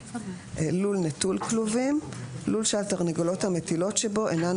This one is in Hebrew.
"לול נטול כלובים" לול שהתרנגולות המטילות שבו אינן